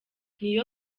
niyo